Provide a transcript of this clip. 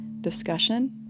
discussion